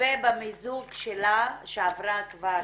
ובמיזוג שלה, שעברה כבר